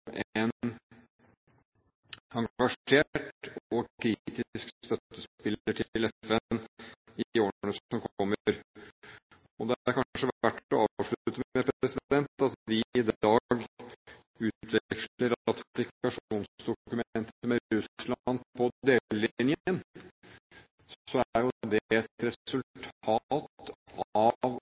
en engasjert og kritisk støttespiller for FN i årene som kommer. Det er kanskje verdt å avslutte med at vi i dag utveksler ratifikasjonsdokumentet om delelinjen med Russland. Det er et resultat av hva en FN-ledet verden har tilbudt Norge. Det